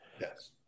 Yes